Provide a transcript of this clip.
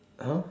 !huh!